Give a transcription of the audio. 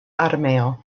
armeo